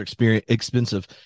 expensive